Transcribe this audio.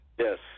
Yes